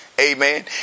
Amen